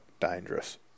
dangerous